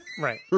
Right